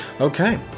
Okay